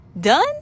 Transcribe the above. Done